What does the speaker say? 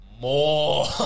more